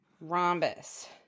Rhombus